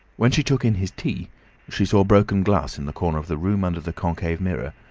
when she took in his tea she saw broken glass in the corner of the room under the concave mirror,